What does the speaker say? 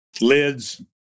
lids